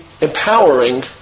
empowering